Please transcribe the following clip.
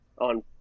on